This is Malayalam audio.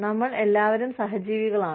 നമ്മൾ എല്ലാവരും സഹജീവികളാണ്